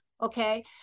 Okay